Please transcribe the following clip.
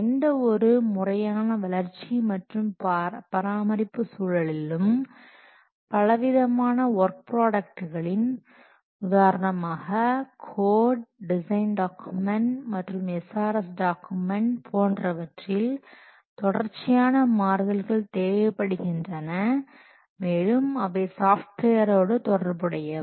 எந்தவொரு முறையான வளர்ச்சி மற்றும் பராமரிப்பு சூழலிலும் பலவிதமான ஒர்க் ப்ராடக்ட்களின் உதாரணமாக கோட் டிசைன் டாக்குமெண்ட் மற்றும் SRS டாக்குமெண்ட் போன்றவற்றில் தொடர்ச்சியான மாறுதல்கள் தேவைப்படுகின்றன மேலும் அவை சாஃப்ட்வேர்ரோடு தொடர்புடையவை